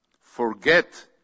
forget